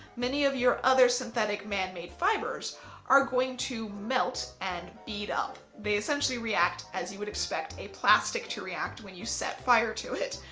many of your other synthetic man-made fibres are going to melt and bead up. they essentially react as you would expect a plastic to react when you set fire to it.